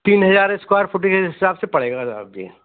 तीन हज़ार square foot ये इस हिसाब से पड़ेगा